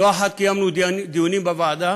לא אחת קיימנו דיונים בוועדה